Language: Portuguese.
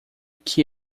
que